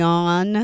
on